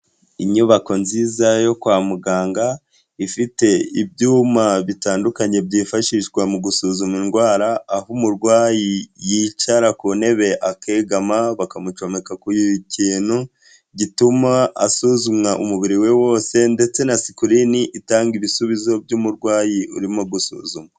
Inyubako nziza yo kwa muganga ifite ibyuma bitandukanye byifashishwa mu gusuzuma indwara, aho umurwayi yicara ku ntebe akegama bakamucomeka ku kintu gituma asuzumwa umubiri we wose ndetse na sikirini itanga ibisubizo by'umurwayi urimo gusuzumwa.